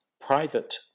private